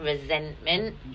resentment